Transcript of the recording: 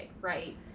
right